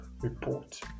report